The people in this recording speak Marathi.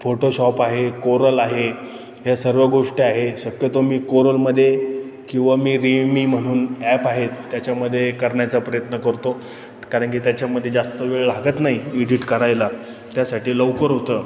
फोटोशॉप आहे कोरल आहे ह्या सर्व गोष्टी आहे शक्यतो मी कोरलमध्ये किंवा मी रिमी म्हणून ॲप आहेत त्याच्यामध्ये करण्याचा प्रयत्न करतो कारण की त्याच्यामध्ये जास्त वेळ लागत नाही इडिट करायला त्यासाठी लवकर होतं